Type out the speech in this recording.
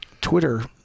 Twitter